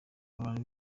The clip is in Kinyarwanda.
abantu